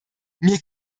mir